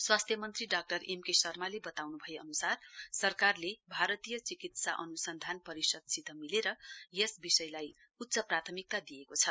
स्वास्थ्य मन्त्री doctor M K शर्माले बताउनु भए अनुसार सरकारले भारतीय चिकित्सा अनुसन्धान परिषदसित मिलेर यस विषयलाई उच्च प्राथमिकता दिएको छ